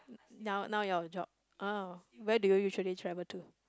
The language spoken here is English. now now your job oh where do you usually travel to